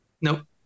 nope